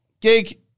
gig